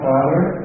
Father